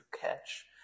catch